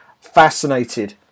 Fascinated